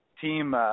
team –